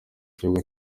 kibuga